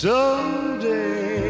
Someday